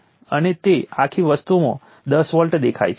તેથી આ બધા વિચાર શક્ય છે